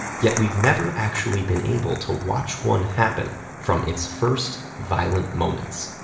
yet we've never actually been able to watch one happen from its first violent moments.